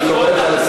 אני לא אחזור בי.